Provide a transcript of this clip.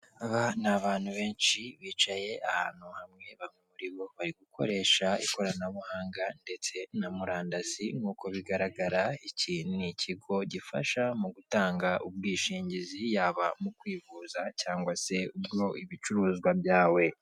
Aba ni abantu benshi bicaye ahantu hamwe bamwe muri bo bari gukoresha ikoranabuhanga ndetse na murandasi, nkuko bigaragara iki ni ikigo gifasha mu gutanga ubwishingizi yaba mu kwivuza cyangwa se bwo ibicuruzwa byawe.